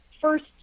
first